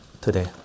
today